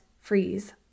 freeze